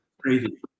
crazy